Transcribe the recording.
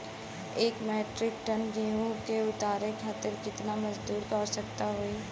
एक metric ton गेहूँ के उतारे खातीर कितना मजदूर क आवश्यकता होई?